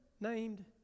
named